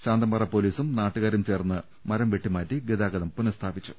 ശാന്തമ്പാറ പോലീസും നാട്ടുകാരും ചേർന്ന് മരം വെട്ടിമാറ്റി ഗതാഗതം പുനസ്ഥാപിച്ചു